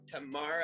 tomorrow